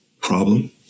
problem